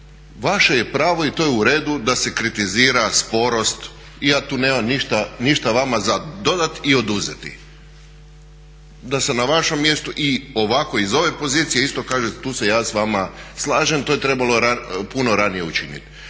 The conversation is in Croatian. Vaše je pravo, i to je u redu, da se kritizira sporost i ja tu nemam ništa vama za dodati i oduzeti. Da sam na vašem mjestu, i ovako iz ove pozicije isto kažem tu se ja s vama slažem, to je trebalo puno ranije učiniti.